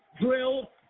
Drill